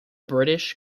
british